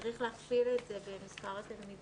צריך להכפיל את זה במספר התלמידים.